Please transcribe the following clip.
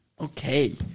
Okay